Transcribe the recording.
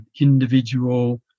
individual